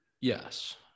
yes